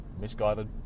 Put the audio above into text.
misguided